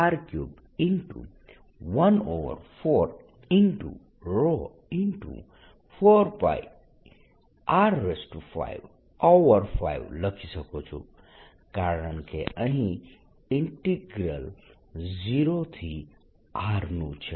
તેથી હવે હું આને Q24π0R 34 Q4π0R3144 R55 લખી શકું કારણકે અહીં ઈન્ટીગ્રલ 0 થી R નું છે